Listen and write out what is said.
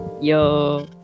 Yo